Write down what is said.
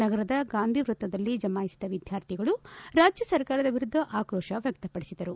ನಗರದ ಗಾಂಧಿವೃತ್ತದಲ್ಲಿ ಜಮಾಯಿಸಿದ ವಿದ್ಯಾರ್ಥಿಗಳು ರಾಜ್ಯ ಸರ್ಕಾರದ ವಿರುದ್ದ ಆಕ್ರೋಶ ವ್ಯಕ್ತಪಡಿಸಿದರು